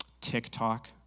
TikTok